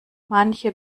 manche